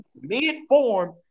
mid-form